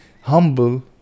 humble